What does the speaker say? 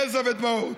יזע ודמעות?